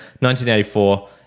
1984